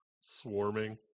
swarming